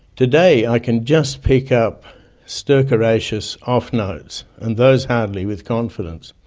today, i can just pick up stercoraceous off-notes, and those hardly with confidence.